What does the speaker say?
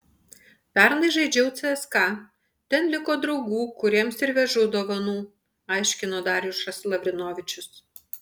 pernai žaidžiau cska ten liko draugų kuriems ir vežu dovanų aiškino darjušas lavrinovičius